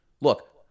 look